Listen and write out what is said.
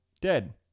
dead